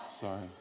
Sorry